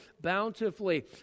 bountifully